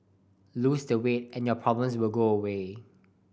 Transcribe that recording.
loose the weight and your problems will go away